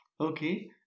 Okay